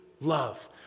love